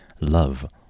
love